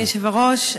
אדוני היושב-ראש,